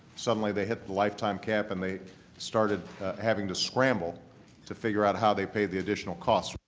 suddenly they hit the lifetime cap and they started having to scramble to figure out how they'd pay the additional costs.